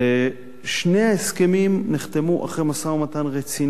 שני ההסכמים נחתמו אחרי משא-ומתן רציני,